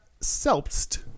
selbst